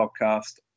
podcast